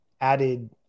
added –